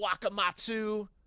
Wakamatsu